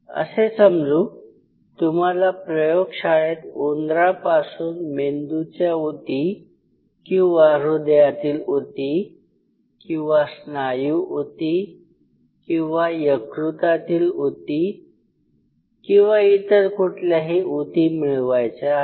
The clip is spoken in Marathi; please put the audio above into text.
असे समजू तुम्हाला प्रयोगशाळेत उंदरापासून मेंदूच्या उती किंवा हृदयातील उती किंवा स्नायू उती किंवा यकृतातील उती किंवा इतर कुठल्याही उती मिळवायच्या आहेत